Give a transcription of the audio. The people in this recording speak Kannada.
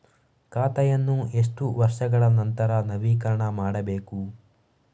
ಖಾತೆಯನ್ನು ಎಷ್ಟು ವರ್ಷಗಳ ನಂತರ ನವೀಕರಣ ಮಾಡಬೇಕು?